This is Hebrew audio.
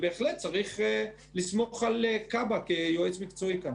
בהחלט צריך לסמוך על כב"א כיועץ מקצועי כאן.